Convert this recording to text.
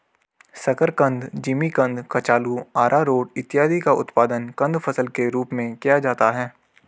शकरकंद, जिमीकंद, कचालू, आरारोट इत्यादि का उत्पादन कंद फसल के रूप में किया जाता है